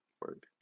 work